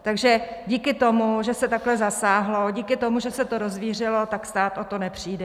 Takže díky tomu, že se takhle zasáhlo, díky tomu, že se to rozvířilo, tak stát o to nepřijde.